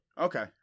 okay